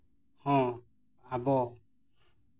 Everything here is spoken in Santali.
ᱦᱚᱸ ᱟᱵᱚ